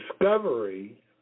Discovery